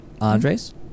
Andres